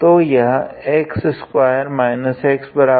तो यह x2 x0 होगा